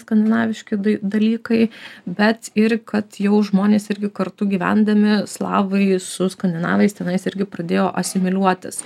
skandinaviški d dalykai bet ir kad jau žmonės irgi kartu gyvendami slavai su skandinavais tenais irgi pradėjo asimiliuotis